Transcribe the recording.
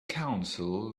counsel